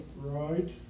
Right